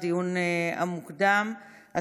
בסך הכול שישה בעד, אין מתנגדים, אין נמנעים.